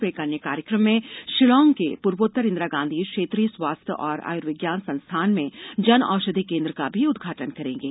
वे एक अन्य कार्यकम में शिलांग के पूर्वोत्तर इंदिरा गांधी क्षेत्रीय स्वास्थ्य और आयुर्विज्ञान संस्थान में जन औषधि कोन्द्र का भी उदघाटन करेंगे